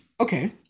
okay